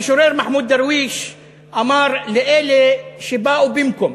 המשורר מחמוד דרוויש אמר לאלה שבאו בִּמְקום,